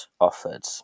offered